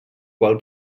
qual